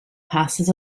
passes